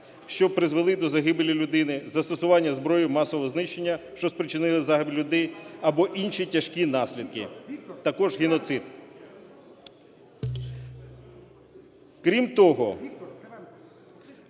що призвели до загибелі людини, застосування зброї масового знищення, що спричинили загибель людей або інші тяжкі наслідки, також геноцид. Крім того,